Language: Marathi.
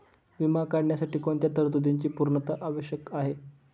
विमा काढण्यासाठी कोणत्या तरतूदींची पूर्णता आवश्यक आहे?